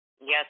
Yes